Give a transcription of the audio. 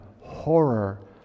horror